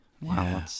wow